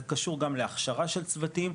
זה קשור גם להכשרה של צוותים,